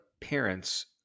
parents